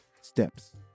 steps